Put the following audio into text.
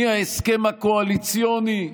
מההסכם הקואליציוני,